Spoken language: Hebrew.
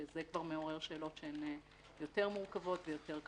שזה כבר מעורר שאלות שהן כבר יותר מורכבות ויותר קשות.